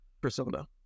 persona